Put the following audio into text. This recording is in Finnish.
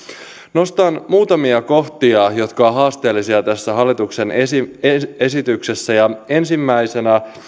nostan muutamia kohtia jotka ovat haasteellisia tässä hallituksen esityksessä ensimmäisenä